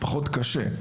פחות קשה.